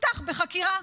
תפתח בחקירה.